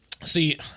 See